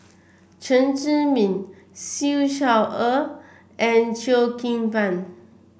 Chen Zhiming Siew Shaw Her and Cheo Kim Ban